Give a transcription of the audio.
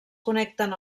connecten